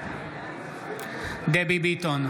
בעד דבי ביטון,